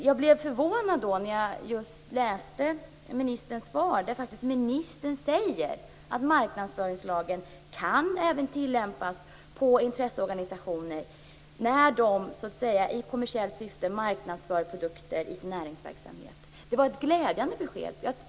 Jag blev därför förvånad när ministern i sitt svar sade att marknadsföringslagen även kan tillämpas på intresseorganisationer när de i kommersiellt syfte marknadsför produkter i sin näringsverksamhet. Det var ett glädjande besked.